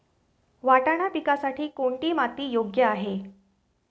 वाटाणा पिकासाठी कोणती माती योग्य आहे?